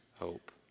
hope